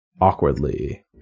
awkwardly